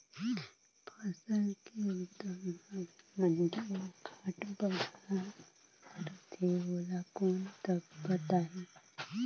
फसल के दम हवे मंडी मा घाट बढ़ा रथे ओला कोन बताही?